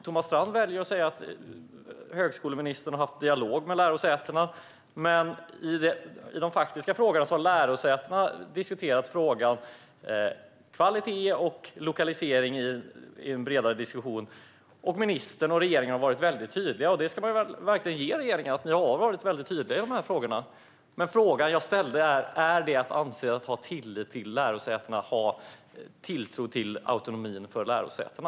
Thomas Strand väljer att säga att högskoleministern har haft dialog med lärosätena. Men i de faktiska frågorna har lärosätena diskuterat kvalitet och lokalisering i en bredare diskussion. Ministern och regeringen har varit väldigt tydliga. Det ska man verkligen ge regeringen. Ni har varit väldigt tydliga i dessa frågor. Men frågan jag ställde var: Anser du att detta är att ha tillit till lärosätena och tilltro till autonomin för lärosätena?